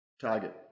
target